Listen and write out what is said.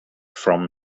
from